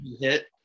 hit